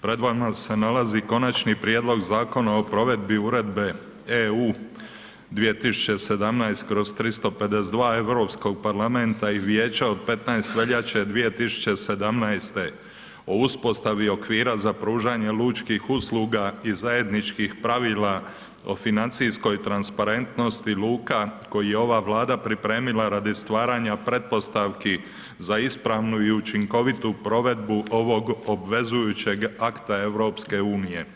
Pred vama se nalazi Konačni prijedlog Zakona o provedbi Uredbe (EU) 2017./352 Europskog parlamenta i Vijeća od 15. veljače 2017. o uspostavi okvira za pružanje lučkih usluga i zajedničkih pravila o financijskoj transparentnosti luka koji je ova Vlada pripremila radi stvaranja pretpostavki za ispravnu i učinkovitu provedbu ovog obvezujućeg akta EU.